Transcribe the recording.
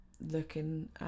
looking